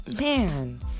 man